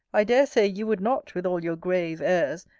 i dare say, you would not, with all your grave airs,